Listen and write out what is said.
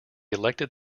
elected